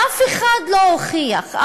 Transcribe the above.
ואף אחד לא הוכיח,